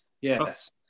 Yes